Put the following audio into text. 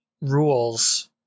rules